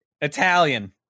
italian